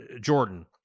Jordan